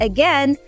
Again